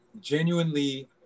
genuinely